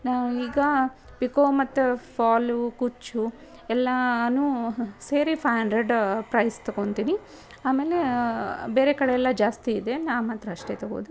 ನಾನು ಈಗ ಪಿಕೋ ಮತ್ತು ಫಾಲು ಕುಚ್ಚು ಎಲ್ಲಾ ಸೇರಿ ಫೈ ಹಂಡ್ರೆಡ್ಡ ಪ್ರೈಸ್ ತೊಗೊಳ್ತೀನಿ ಆಮೇಲೆ ಬೇರೆ ಕಡೆ ಎಲ್ಲ ಜಾಸ್ತಿ ಇದೆ ನಾನು ಮಾತ್ರ ಅಷ್ಟೇ ತೊಗೋದು